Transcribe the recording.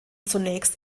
zunächst